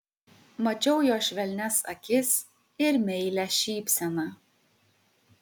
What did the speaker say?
mačiau jo švelnias akis ir meilią šypseną